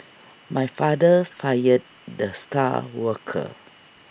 my father fired the star worker